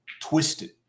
twisted